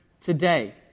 today